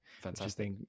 fantastic